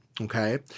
Okay